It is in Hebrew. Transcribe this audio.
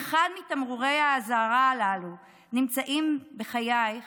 אם אחד מתמרורי האזהרה הללו נמצאים בחייך,